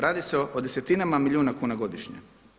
Radi se o desetinama milijuna kuna godišnje.